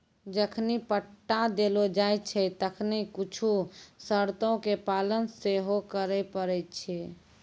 जखनि पट्टा देलो जाय छै तखनि कुछु शर्तो के पालन सेहो करै पड़ै छै